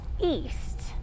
east